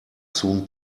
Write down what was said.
soon